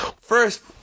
first